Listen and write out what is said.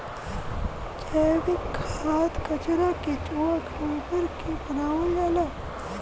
जैविक खाद कचरा केचुआ गोबर क बनावल जाला